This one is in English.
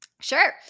Sure